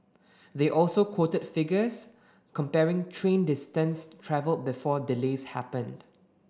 they also quoted figures comparing train distance travelled before delays happened